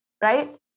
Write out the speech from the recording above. Right